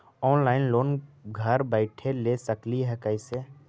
Online loan घर बैठे ले सकली हे, कैसे?